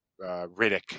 Riddick